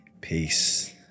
Peace